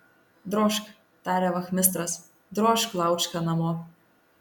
drožk tarė vachmistras drožk laučka namo